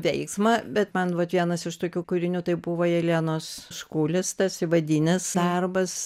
veiksmą bet man vat vienas iš tokių kūrinių tai buvo jelenos škulis tas įvadinis darbas